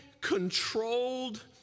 controlled